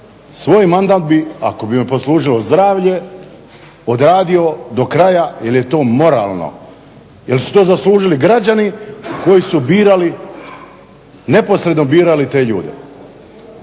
svoj mandat bi ako bi me poslužilo zdravlje odradio do kraja jer je to moralno, jer su to zaslužili građani koji su birali neposredno birali te ljude.